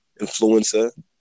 influencer